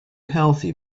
healthy